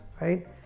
right